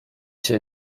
się